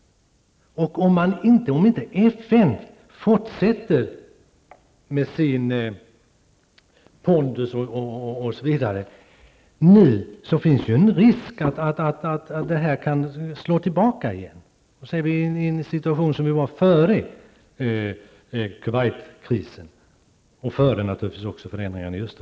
Om FN med sin pondus nu inte fortsätter att driva detta finns en risk att det slår tillbaka så att FN hamnar i den situation som man befann sig i före Kuwaitkrisen.